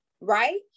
right